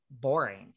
boring